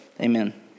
Amen